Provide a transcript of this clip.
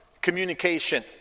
communication